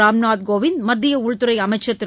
ராம்நாத் கோவிந்த் மத்திய உள்துறை அமைச்சர் திரு